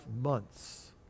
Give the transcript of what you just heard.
months